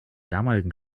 damaligen